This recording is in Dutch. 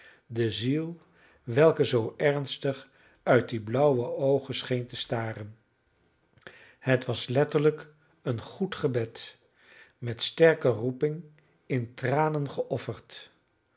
zou de ziel welke zoo ernstig uit die blauwe oogen scheen te staren het was letterlijk een goed gebed met sterke roeping in tranen geofferd